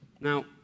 Now